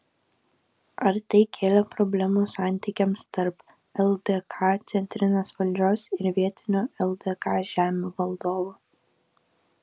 ar tai kėlė problemų santykiams tarp ldk centrinės valdžios ir vietinių ldk žemių valdovų